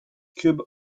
cubes